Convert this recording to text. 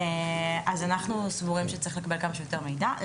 אז אנחנו סבורים שצריך לקבל כמה שיותר מידע.